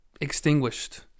extinguished